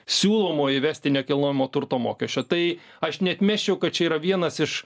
siūlomo įvesti nekilnojamo turto mokesčio tai aš neatmesčiau kad čia yra vienas iš